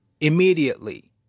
immediately